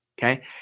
Okay